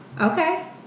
Okay